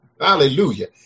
Hallelujah